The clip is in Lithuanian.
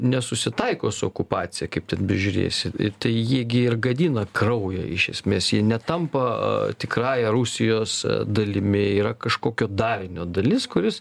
nesusitaiko su okupacija kaip ten bežiūrėsi tai ji gi ir gadina kraują iš esmės ji netampa tikrąja rusijos dalimi yra kažkokio darinio dalis kuris